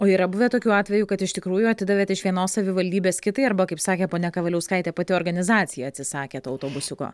o yra buvę tokių atvejų kad iš tikrųjų atidavėt iš vienos savivaldybės kitai arba kaip sakė ponia kavaliauskaitė pati organizacija atsisakė to autobusiuko